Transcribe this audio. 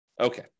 Okay